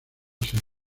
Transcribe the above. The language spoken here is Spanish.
seis